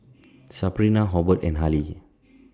Sabrina Hobert and Harley